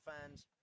fans